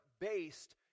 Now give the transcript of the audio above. based